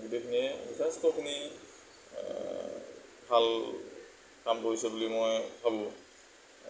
গোটেইখিনিয়ে যথেষ্টখিনি ভাল কাম কৰিছে বুলি মই ভাবোঁ